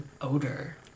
odor